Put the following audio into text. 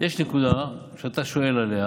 יש נקודה שאתה שואל עליה,